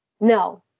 No